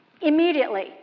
immediately